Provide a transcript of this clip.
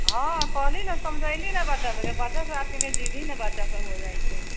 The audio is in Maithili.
हँ कहली ने समझैली ने बच्चा सबके बच्चा सब जिद्दी ने बच्चा सब हो जाइ छै